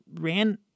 ran